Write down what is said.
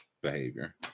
behavior